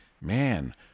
man